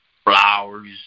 Flowers